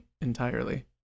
entirely